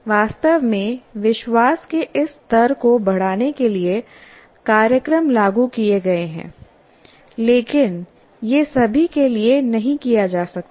वास्तव में विश्वास के इस स्तर को बढ़ाने के लिए कार्यक्रम लागू किए गए हैं लेकिन यह सभी के लिए नहीं किया जा सकता है